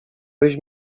byś